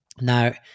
now